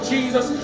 Jesus